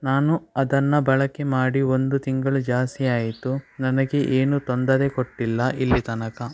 ನಾನು ಅದನ್ನು ಬಳಕೆ ಮಾಡಿ ಒಂದು ತಿಂಗಳು ಜಾಸ್ತಿ ಆಯಿತು ನನಗೆ ಏನೂ ತೊಂದರೆ ಕೊಟ್ಟಿಲ್ಲ ಇಲ್ಲಿ ತನಕ